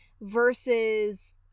versus